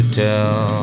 tell